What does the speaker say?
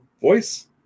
voice